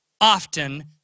often